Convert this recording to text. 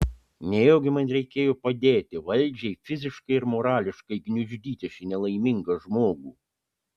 nejaugi man reikėjo padėti valdžiai fiziškai ir morališkai gniuždyti šį nelaimingą žmogų